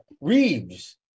Reeves